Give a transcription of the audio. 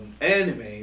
anime